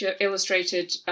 illustrated